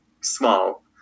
small